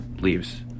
leaves